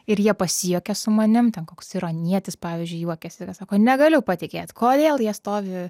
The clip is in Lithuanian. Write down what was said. ir jie pasijuokia su manim ten koks iranietis pavyzdžiui juokiasi sako negaliu patikėt kodėl jie stovi